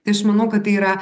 tai aš manau kad tai yra